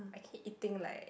I keep eating like